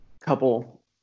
couple